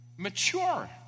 mature